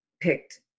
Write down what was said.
picked